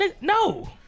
No